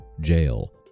jail